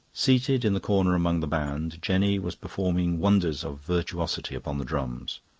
seated in the corner among the band, jenny was performing wonders of virtuosity upon the drums.